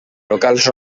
locals